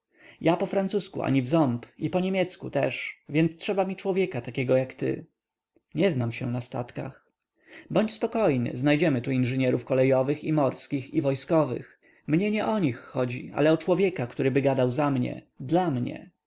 ja po francusku ani wząb i po niemiecku też więc trzeba mi człowieka takiego jak ty nie znam się na statkach bądź spokojny znajdziem tu inżynierów kolejowych i morskich i wojskowych mnie nie o nich chodzi ale o człowieka któryby gadał za mnie dla mnie